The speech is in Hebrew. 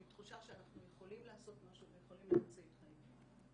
עם תחושה שאנחנו יכולים לעשות משהו ויכולים להציל חיים.